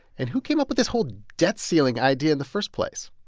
and who came up with this whole debt ceiling idea in the first place.